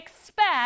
expect